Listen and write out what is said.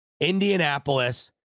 Indianapolis